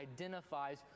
identifies